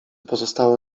pozostało